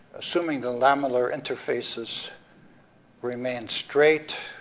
assuming the lamellar interfaces remain straight,